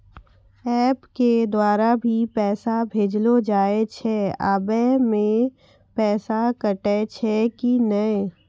App के द्वारा भी पैसा भेजलो जाय छै आबै मे पैसा कटैय छै कि नैय?